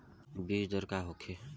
बीजदर का होखे?